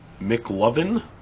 McLovin